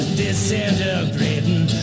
disintegrating